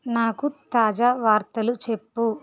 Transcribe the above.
నాకు తాజా వార్తలు చెప్పు